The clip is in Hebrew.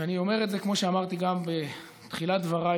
ואני אומר את זה כמו שאמרתי גם בתחילת דבריי,